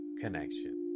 connection